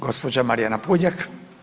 Gospođa Marijana Puljak.